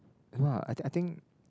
I don't know lah I think I think